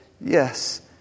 yes